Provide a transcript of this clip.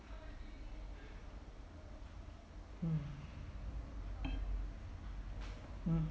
mm